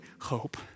hope